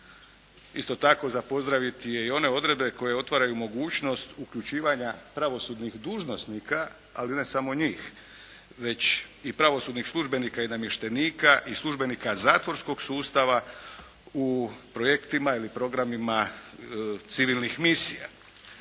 Isto tako za pozdraviti je i one odredbe koje otvaraju mogućnost uključivanja pravosudnih dužnosnika, ali ne samo njih već i pravosudnih službenika i namještenika i službenika zatvorskog sustava u projektima ili programima civilnih misija.